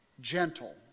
gentle